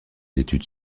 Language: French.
études